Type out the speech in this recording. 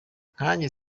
nkanjye